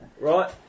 Right